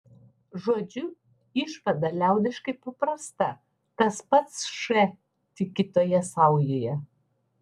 žodžiu išvada liaudiškai paprasta tas pats š tik kitoje saujoje